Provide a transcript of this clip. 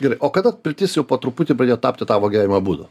gerai o kada piltis jau po truputį pradėjo tapti tavo gyvenimo būdu